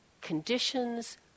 conditions